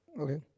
Okay